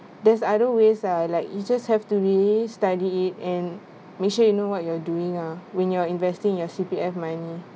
there's other ways ah like you just have to really study it and make sure you know what you're doing ah when you're investing your C_P_F money